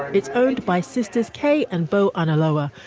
it's owned by sisters kay and bo anuluoha.